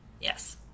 Yes